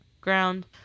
ground